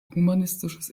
humanistisches